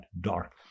dark